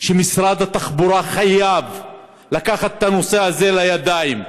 שמשרד התחבורה חייב לקחת את הנושא הזה לידיים,